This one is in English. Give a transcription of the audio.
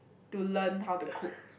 to learn how to cook